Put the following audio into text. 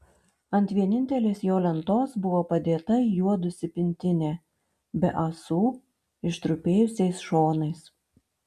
ant vienintelės jo lentos buvo padėta įjuodusi pintinė be ąsų ištrupėjusiais šonais